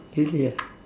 really ah